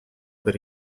per